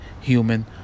human